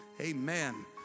Amen